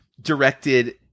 directed